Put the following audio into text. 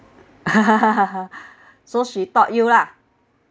so she taught you lah